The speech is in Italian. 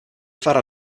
far